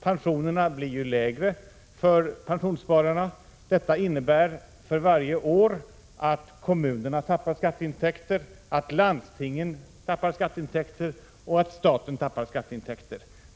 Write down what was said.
Pensionerna blir ju lägre för pensionsspararna. Detta innebär för varje år att kommunerna, landstingen och staten tappar skatteintäkter.